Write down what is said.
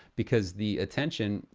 because the attention,